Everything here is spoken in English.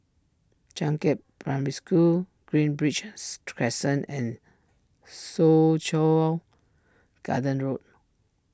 Changkat Primary School green bridge's Crescent and Soo Chow Garden Road